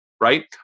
right